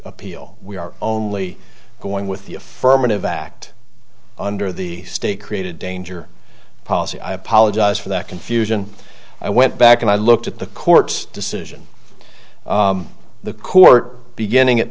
appeal we are only going with the affirmative act under the state created danger policy i apologize for that confusion i went back and i looked at the court's decision the court beginning